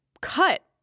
cut